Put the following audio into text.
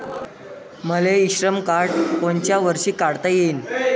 मले इ श्रम कार्ड कोनच्या वर्षी काढता येईन?